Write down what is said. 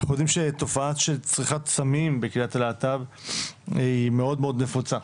אנחנו יודעים שהתופעה של צריכת סמים בקהילת הלהט"ב היא מאוד נפוצה,